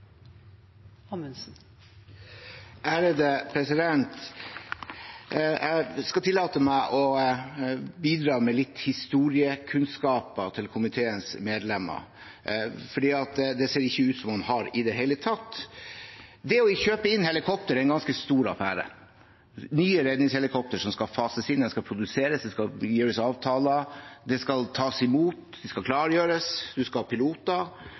Jeg skal tillate meg å bidra med litt historiekunnskap til komiteens medlemmer, for det ser ikke ut som man har det i det hele tatt. Det å kjøpe inn helikoptre er en ganske stor affære. Nye redningshelikoptre som skal fases inn, skal produseres. Det skal gjøres avtaler. Det skal tas imot, det skal klargjøres, man skal ha piloter.